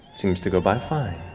seems to go by fine.